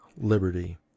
liberty